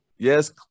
Yes